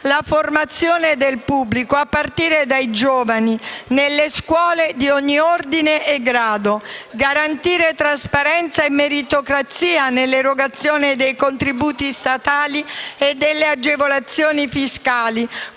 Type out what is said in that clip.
la formazione del pubblico, a partire dai giovani nelle scuole di ogni ordine e grado; garantire trasparenza e meritocrazia nell'erogazione dei contributi statali e delle agevolazioni fiscali,